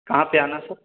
کہاں پہ آنا ہے سر